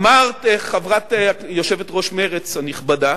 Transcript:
אמרת, יושבת-ראש מרצ הנכבדה,